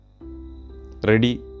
Ready